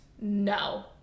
No